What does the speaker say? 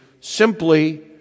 simply